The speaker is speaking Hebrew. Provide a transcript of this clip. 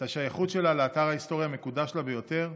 בשייכות שלה לאתר ההיסטורי המקודש לה ביותר?